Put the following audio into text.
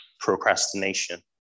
procrastination